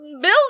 Bill